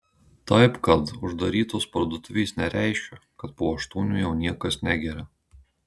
taip kad uždarytos parduotuvės nereiškia kad po aštuonių jau niekas negeria